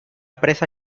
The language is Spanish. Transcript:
presa